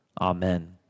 amen